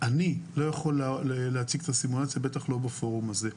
אני לא יכול להציג אותה, בטח לא בפורום הזה.